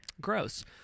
Gross